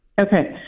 Okay